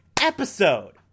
episode